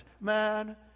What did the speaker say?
man